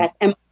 Yes